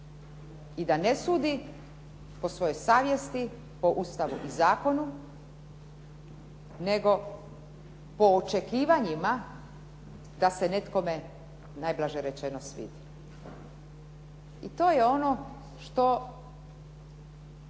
i da ne sudi po svojoj savjesti, po Ustavu i zakonu, nego po očekivanjima da se nekom najblaže rečeno svidi. I to je ono što